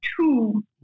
two